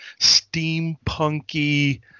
steampunky